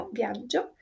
viaggio